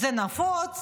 זה נפוץ,